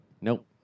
Nope